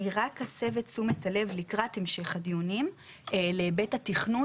אני רק אסב את תשומת הלב לקראת המשך הדיונים להיבט התכנון